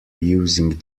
using